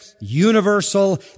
universal